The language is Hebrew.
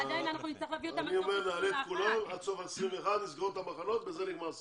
עדיין אנחנו צריכים להביא אותם עד סוף 2021. אני אומר שצריך